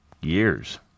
years